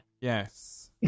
Yes